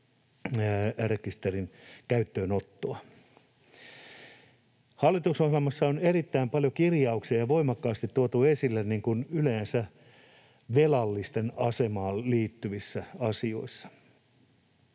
luottorekisterin käyttöönottoa. Hallitusohjelmassa on erittäin paljon kirjauksia ja voimakkaasti tuotu esille yleensä velallisten asemaan liittyviä asioita.